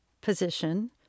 position